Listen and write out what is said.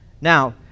Now